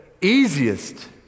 easiest